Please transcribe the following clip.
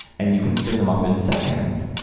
and you can spin them up in seconds.